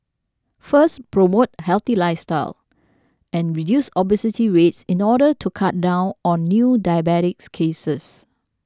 first promote a healthy lifestyle and reduce obesity rates in order to cut down on new diabetes cases